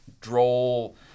droll